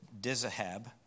Dizahab